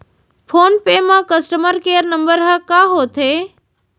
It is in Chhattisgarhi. फोन पे म कस्टमर केयर नंबर ह का होथे?